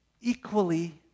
equally